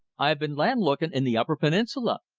i've been landlooking in the upper peninsula,